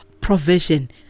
provision